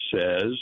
says